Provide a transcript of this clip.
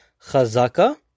Chazaka